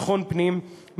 ביטחון פנים,